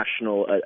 national